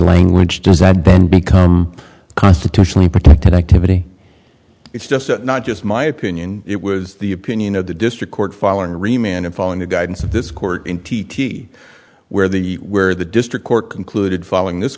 language does that then become a constitutionally protected activity it's just not just my opinion it was the opinion of the district court following remained in following the guidance of this court in t t where the where the district court concluded following this